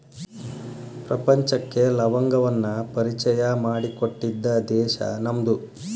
ಪ್ರಪಂಚಕ್ಕೆ ಲವಂಗವನ್ನಾ ಪರಿಚಯಾ ಮಾಡಿಕೊಟ್ಟಿದ್ದ ದೇಶಾ ನಮ್ದು